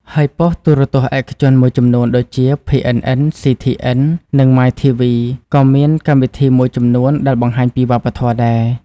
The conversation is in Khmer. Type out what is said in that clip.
ហើយប៉ុស្តិ៍ទូរទស្សន៍ឯកជនមួយចំនួន ដូចជា PNN, CTN, និង MyTV ក៏មានកម្មវិធីមួយចំនួនដែលបង្ហាញពីវប្បធម៌ដែរ។